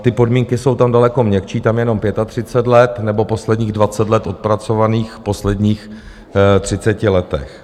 Ty podmínky jsou tam daleko měkčí, tam jenom 35 let nebo posledních 20 let odpracovaných v posledních 30 letech.